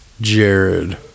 Jared